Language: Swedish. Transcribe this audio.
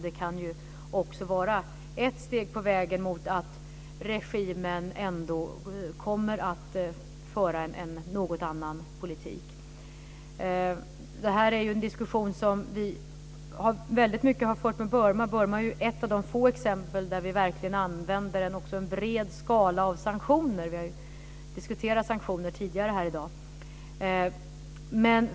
Det kan också vara ett steg på vägen mot att regimen ändå kommer att föra en något annorlunda politik. Detta är en diskussion som vi i hög grad har fört med Burma. Burma är ett av de få exempel där vi använder en stor skala av sanktioner - vi har ju diskuterat sanktioner tidigare här i dag.